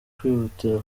kwihutira